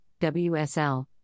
WSL